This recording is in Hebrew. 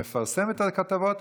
שמפרסם את הכתבות.